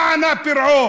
מה ענה פרעה?